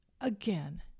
Again